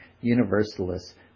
Universalists